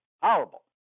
Horrible